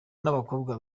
n’abakobwa